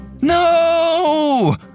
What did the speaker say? No